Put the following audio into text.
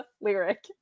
lyric